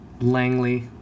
Langley